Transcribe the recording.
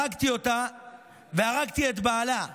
הרגתי אותה והרגתי את בעלה,